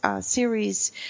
series